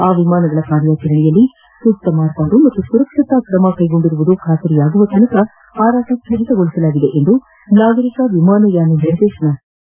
ಆ ವಿಮಾನಗಳ ಕಾರ್ಯಾಚರಣೆಯಲ್ಲಿ ಸೂಕ್ತ ಮಾರ್ಪಾಡು ಮತ್ತು ಸುರಕ್ಷತಾ ಕ್ರಮ ಕೈಗೊಂಡಿರುವುದು ಖಾತ್ರಿಯಾಗುವವರೆಗೆ ಹಾರಾಟ ಸ್ಥಗಿತಗೊಳಿಸಲಾಗಿದೆ ಎಂದು ನಾಗರಿಕ ವಿಮಾನಯಾನ ನಿರ್ದೇಶನಾಲಯ ತಿಳಿಸಿದೆ